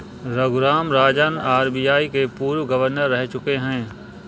Raghuram Rajan RBI के पूर्व governor रह चुके हैं